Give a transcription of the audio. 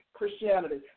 Christianity